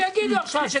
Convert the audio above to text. שיגידו עכשיו,